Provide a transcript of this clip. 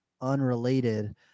unrelated